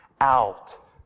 out